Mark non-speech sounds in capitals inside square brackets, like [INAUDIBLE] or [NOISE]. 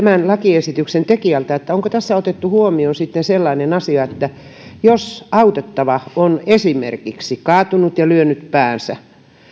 [UNINTELLIGIBLE] tämän lakiesityksen tekijältä onko tässä otettu huomioon sellainen asia että jos autettava on esimerkiksi kaatunut ja lyönyt päänsä